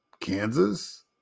Kansas